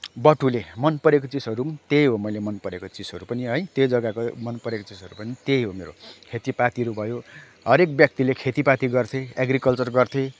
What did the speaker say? बटुले मन परेको चिजहरू पनि त्यही हो मैले मनपरेको चिजहरू पनि है त्यो जग्गाको मनपरेको चिजहरू पनि त्यही हो मेरो खेतीपातीहरू भयो हरेक व्यक्तिले खेतीपाती गर्थे एग्रिकल्चर गर्थे